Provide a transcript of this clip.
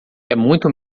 muito